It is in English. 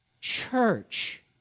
church